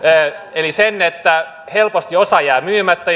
eli sen että helposti osa jää myymättä